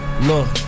look